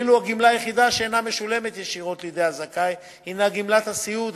ואילו הגמלה היחידה שאינה משולמת ישירות לידי הזכאי הינה גמלת הסיעוד,